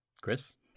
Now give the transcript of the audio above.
Chris